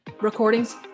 Recordings